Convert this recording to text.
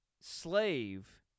slave